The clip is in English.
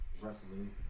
wrestling